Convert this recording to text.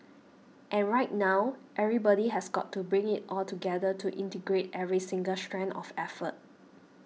and right now everybody has got to bring it all together to integrate every single strand of effort